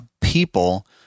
people